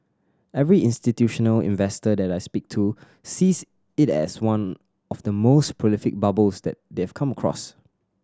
every institutional investor that I speak to sees it as one of the most prolific bubbles that they've come across